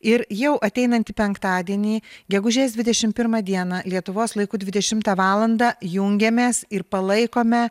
ir jau ateinantį penktadienį gegužės dvidešimt pirmą dieną lietuvos laiku dvidešimtą valandą jungiamės ir palaikome